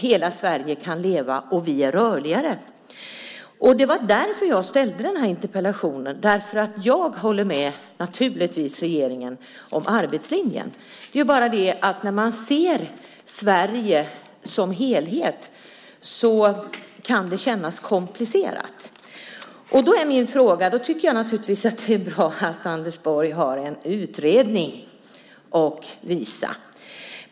Hela Sverige kan leva - vi är rörligare. Därför framställde jag den här interpellationen. Naturligtvis håller jag med regeringen om arbetslinjen. Det är bara det att det sett till Sverige som helhet kan kännas komplicerat. Självklart tycker jag att det är bra att Anders Borg har en utredning att visa.